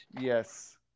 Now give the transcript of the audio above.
Yes